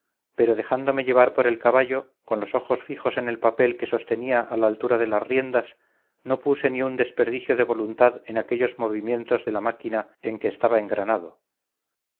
pero dejándome llevar por el caballo con los ojos fijos en el papel que sostenía a la altura de las riendas no puse ni un desperdicio de voluntad en aquellos movimientos de la máquina en que estaba engranado